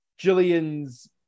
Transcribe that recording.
jillian's